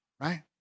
right